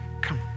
Come